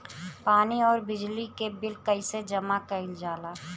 पानी और बिजली के बिल कइसे जमा कइल जाला?